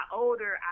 older